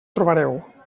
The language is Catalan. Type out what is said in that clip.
trobareu